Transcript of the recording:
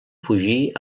fugir